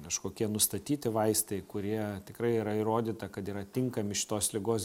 kažkokie nustatyti vaistai kurie tikrai yra įrodyta kad yra tinkami šitos ligos